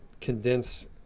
condense